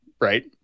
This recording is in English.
Right